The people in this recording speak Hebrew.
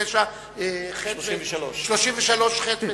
33ח וט.